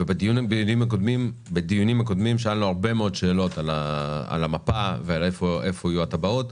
בדיונים הקודמים שאלנו הרבה מאוד שאלות על המפה ואיפה יהיו הטבעות.